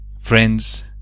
friends